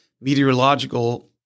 meteorological